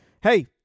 hey